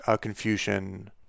Confucian